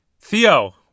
Theo